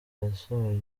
yasohoye